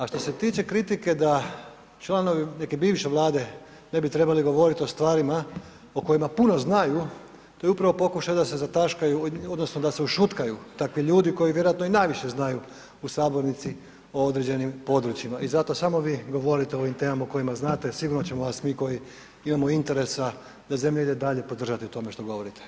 A što se tiče kritike da članovi neke bivše Vlade ne bi trebali govorit o stvarima o kojima puno znaju, to je upravo pokušaj da se zataškaju odnosno da se ušutkaju takvi ljudi koji vjerojatno i najviše znaju u sabornici o određenim područjima i zato samo vi govorite o ovim temama o kojima znate, sigurno ćemo vas mi koji imamo interesa da zemlja ide dalje, podržati u tome što govorite.